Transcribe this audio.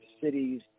cities